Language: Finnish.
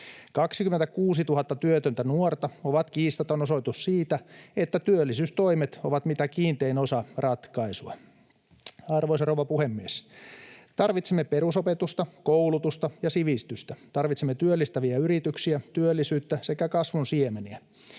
26 000 työtöntä nuorta ovat kiistaton osoitus siitä, että työllisyystoimet ovat mitä kiintein osa ratkaisua. Arvoisa rouva puhemies! Tarvitsemme perusopetusta, koulutusta ja sivistystä. Tarvitsemme työllistäviä yrityksiä, työllisyyttä sekä kasvun siemeniä.